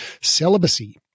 Celibacy